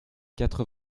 quatre